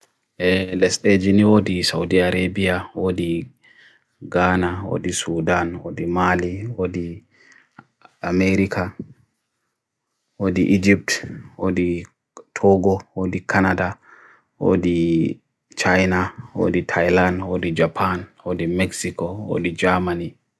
Neɓbi ɗe kala daliliji kala a waawna.